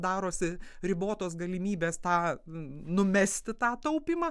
darosi ribotos galimybės tą numesti tą taupymą